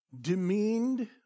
demeaned